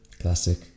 Classic